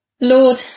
Lord